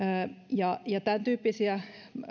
tämäntyyppisiä